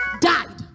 died